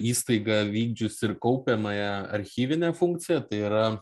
įstaiga vykdžius ir kaupiamąją archyvinę funkciją tai yra